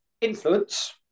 influence